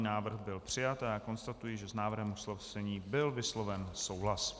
Návrh byl přijat a já konstatuji, že s návrhem usnesení byl vysloven souhlas.